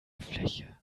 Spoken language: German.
fläche